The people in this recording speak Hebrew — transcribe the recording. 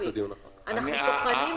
אנחנו טוחנים מים.